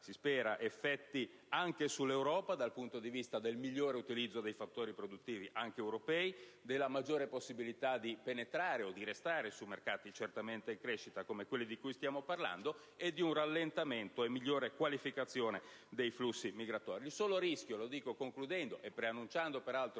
- avrà effetti anche sull'Europa dal punto di vista del migliore utilizzo dei fattori produttivi, anche europei, della maggiore possibilità di penetrare o restare su mercati certamente in crescita, come quelli di cui stiamo parlando, e di un rallentamento e di una migliore qualificazione dei flussi migratori. Il solo rischio - lo affermo in conclusione, preannunciando il voto